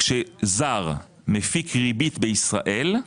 כשזר מפיק ריבית בישראל,